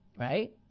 right